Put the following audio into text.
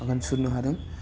आगान सुरनो हादों